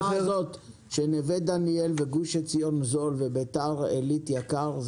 ברמה הזאת שנווה דניאל וגוש עציון זול וביתר עילית יקר,